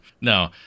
No